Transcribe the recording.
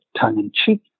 tongue-in-cheek